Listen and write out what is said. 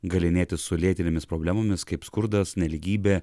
galynėtis su lėtinėmis problemomis kaip skurdas nelygybė